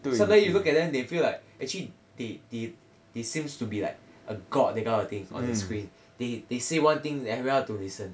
sometimes you look at them they feel like actually they they they seems to be like a god that kind of thing on the screen they they saw one thing everyone have to listen